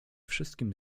wszystkim